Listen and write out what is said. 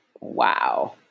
wow